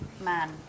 Man